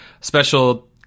special